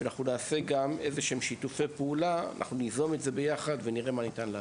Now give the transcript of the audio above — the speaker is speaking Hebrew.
אנחנו ניזום שיתופי פעולה ונראה מה ניתן לעשות.